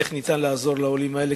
איך ניתן לעזור לעולים האלה,